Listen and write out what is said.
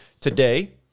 today